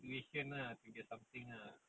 mm ya